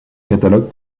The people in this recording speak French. catalogue